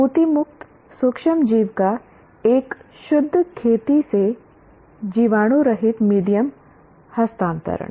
पूतिमुक्त सूक्ष्मजीव का एक शुद्ध खेती से जीवाणुरहित मीडियम हस्तांतरण